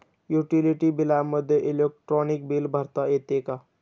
Utility बिलामध्ये electronic bill भरता येते का?